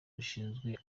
rushinzwe